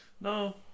No